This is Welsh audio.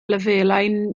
lefelau